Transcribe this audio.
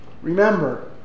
Remember